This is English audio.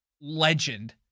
legend